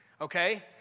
okay